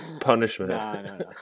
Punishment